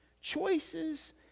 Choices